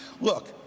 Look